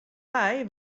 wei